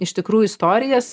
iš tikrųjų istorijas